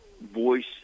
voice